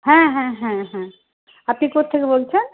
হ্যাঁ হ্যাঁ হ্যাঁ হ্যাঁ আপনি কোথা থেকে বলছেন